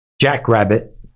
jackrabbit